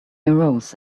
arose